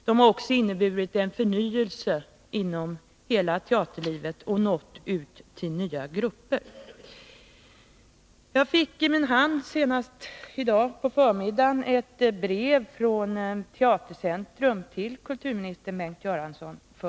De har inneburit en förnyelse av hela teaterlivet och nått ut till nya grupper. Så sent som i dag på förmiddagen fick jag för kännedom ett brev från Teatercentrum till kulturministern Bengt Göransson.